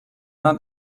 man